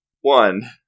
one